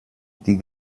die